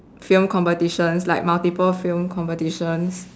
film competitions like multiple film competitions